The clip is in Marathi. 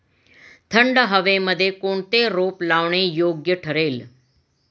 थंड हवेमध्ये कोणते रोप लावणे योग्य ठरेल?